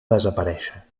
desaparèixer